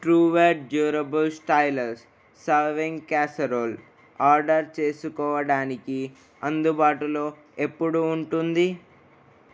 Trueware durable stylus serving casserole order చేసుకోడానికి అందుబాటులో ఎప్పుడు ఉంటుంది